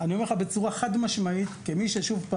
אני אומר לך בצורה חד-משמעית שוב,